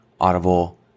Audible